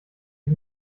die